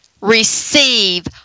Receive